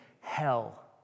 hell